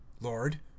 lord